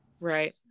Right